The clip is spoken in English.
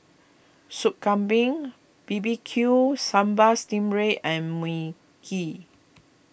Soup Kambing B B Q Sambal Stingray and Mui Kee